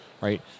right